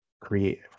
create